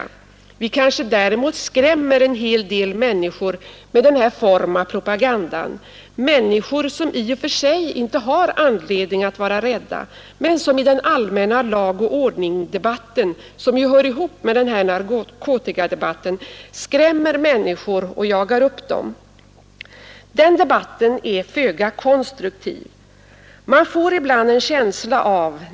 Däremot kanske vi skrämmer en hel del människor med denna form av propaganda, människor som i och för sig inte har anledning att vara rädda men som i den allmänna lag-och-ordning-debatt som hör ihop med narkotikadebatten blir skrämda och uppjagade. Den debatten är föga konstruktiv.